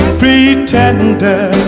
pretender